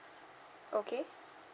okay